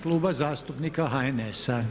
Kluba zastupnika HNS-a.